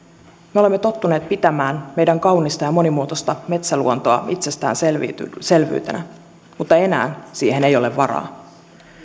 me olemme tottuneet pitämään meidän kaunista ja monimuotoista metsäluontoamme itsestäänselvyytenä mutta enää siihen ei ole varaa